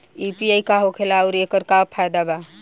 UPI का होखेला आउर एकर का फायदा बा?